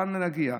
לאן נגיע?